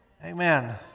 Amen